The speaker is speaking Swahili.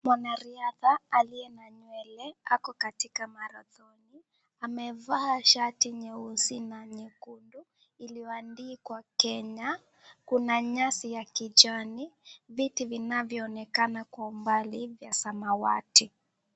Mwanariadha aliye na nywele ako katika marathoni . Amevaa shati nyeusi na nyekudu iliyoandikwa Kenya. Kuna nyasi ya kijani. Viti vinavyonekana kwa umbali vya samawati.